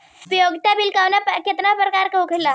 उपयोगिता बिल केतना प्रकार के होला?